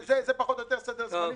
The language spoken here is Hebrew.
זה פחות או יותר סדר הזמנים.